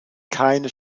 keine